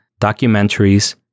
documentaries